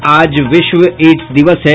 और आज विश्व एड्स दिवस है